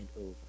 over